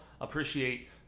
appreciate